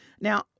Now